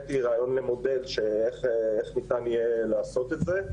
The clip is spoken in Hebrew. העליתי רעיון למודל איך ניתן יהיה לעשות את זה,